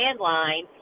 landline